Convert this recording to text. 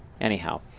anyhow